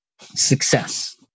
success